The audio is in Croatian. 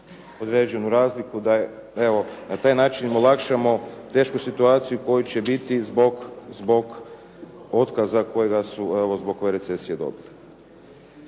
određenu razliku da im evo, na taj način olakšamo tešku situaciju u kojoj će biti zbog otkaza kojega su evo zbog